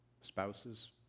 spouses